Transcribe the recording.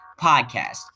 podcast